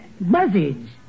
Buzzards